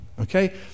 okay